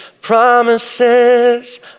promises